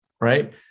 right